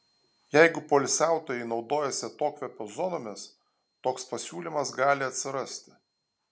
jeigu poilsiautojai naudojasi atokvėpio zonomis toks pasiūlymas gali atsirasti